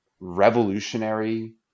revolutionary